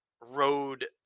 road